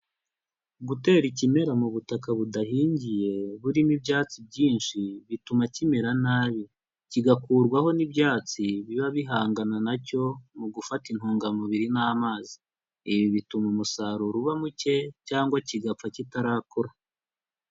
Gutera ikimera mu butaka budahingiye, burimo ibyatsi byinshi, bituma kimera nabi, kigakurwaho n'ibyatsi biba bihangana na cyo mu gufata intungamubiri n'amazi. Ibi bituma umusaruro uba muke cyangwa kigapfa kitarakura.